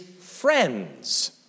friends